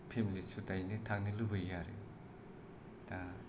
family सुददायैनो थांनो लुबैयो आरो दा